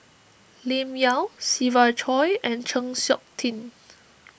Lim Yau Siva Choy and Chng Seok Tin